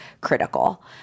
critical